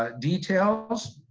ah details,